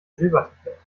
silbertablett